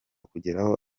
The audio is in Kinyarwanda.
kugeraho